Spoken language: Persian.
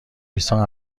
میزها